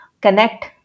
connect